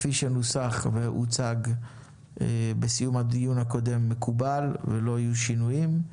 כפי שנוסח והוצג בסיום הדיון הקודם מקובל עלינו ולא יהיו שינויים.